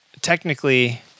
technically